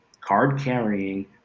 card-carrying